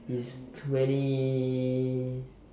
he's twenty